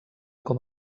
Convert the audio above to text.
com